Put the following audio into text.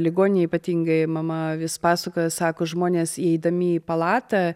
ligoninėj ypatingai mama vis pasuka sako žmonės įeidami į palatą